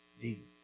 Jesus